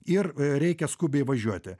ir a reikia skubiai važiuoti